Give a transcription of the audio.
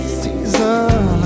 season